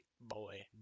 Boy